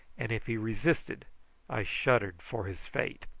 and if he resisted i shuddered for his fate.